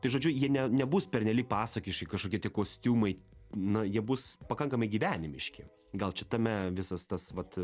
tai žodžiu jie ne nebus pernelyg pasakiški kažkokie tie kostiumai na jie bus pakankamai gyvenimiški gal čia tame visas tas vat